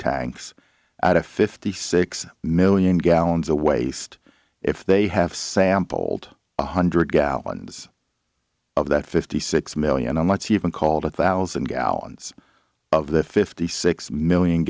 tanks out of fifty six million gallons a waste if they have sampled one hundred gallons of that fifty six million and let's even called a thousand gallons of the fifty six million